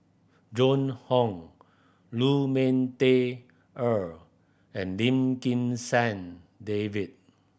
Joan Hon Lu Ming Teh Earl and Lim Kim San David